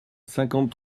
cinquante